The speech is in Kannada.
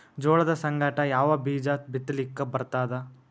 ಜೋಳದ ಸಂಗಾಟ ಯಾವ ಬೀಜಾ ಬಿತಲಿಕ್ಕ ಬರ್ತಾದ?